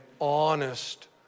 honest